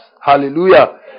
Hallelujah